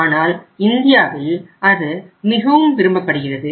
ஆனால் இந்தியாவில் அது மிகவும் விரும்பப்படுகிறது